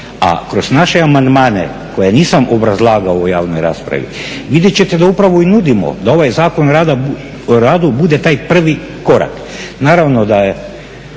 a kroz naše amandmane koje nisam obrazlagao u javnoj raspravi vidjet ćete da upravo i nudimo da ovaj Zakon o radu bude taj prvi korak.